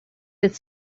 that